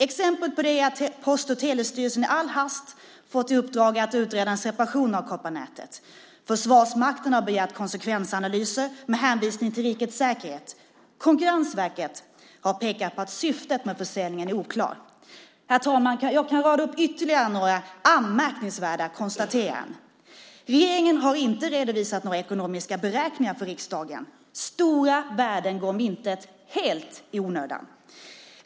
Exempel på det är följande: Post och telestyrelsen har i all hast fått i uppdrag att utreda en separation av kopparnätet. Försvarsmakten har begärt konsekvensanalyser med hänvisning till rikets säkerhet. Konkurrensverket har pekat på att syftet med försäljningen är oklart. Herr talman! Jag kan rada upp ytterligare några anmärkningsvärda konstateranden: Regeringen har inte redovisat några ekonomiska beräkningar för riksdagen. Stora värden går om intet helt i onödan.